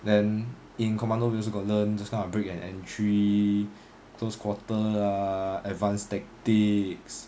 then in commando we also got learn those kind of break and entry close quarter ah advanced tactics